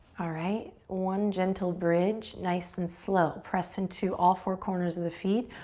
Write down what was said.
alright, one gentle bridge, nice and slow. press into all four corners of the feet.